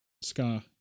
Scar